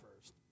first